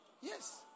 Yes